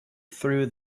through